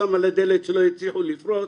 שם על הדלת שלא יצליחו לפרוץ